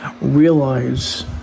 realize